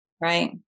Right